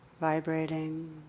Vibrating